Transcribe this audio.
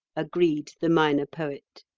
agreed the minor poet.